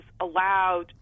allowed